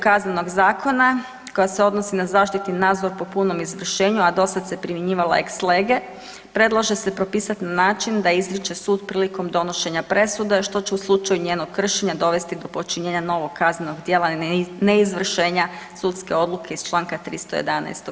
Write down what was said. Kaznenog zakona koji se odnosi na zaštitu i nadzor po punom izvršenju, a dosad se primjenjivala ex lege, predlaže se propisati na način da izriče sud prilikom donošenja presude, što će u slučaju njenog kršenja dovesti do počinjenja novog kaznenog djela neizvršenja sudske odluke iz čl. 311.